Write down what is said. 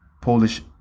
polish